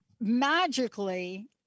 magically